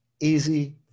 easy